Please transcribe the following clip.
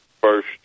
first